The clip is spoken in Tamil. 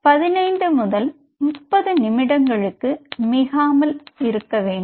பதினைந்து முதல் முப்பது நிமிடங்களுக்கு மிகாமல் இருக்க வேண்டும்